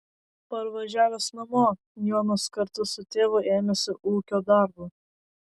parvažiavęs namo jonas kartu su tėvu ėmėsi ūkio darbų